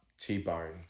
T-boned